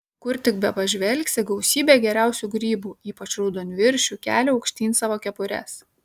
kur tik bepažvelgsi gausybė geriausių grybų ypač raudonviršių kelia aukštyn savo kepures